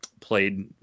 Played